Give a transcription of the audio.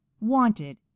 Wanted